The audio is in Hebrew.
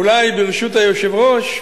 אולי, ברשות היושב-ראש,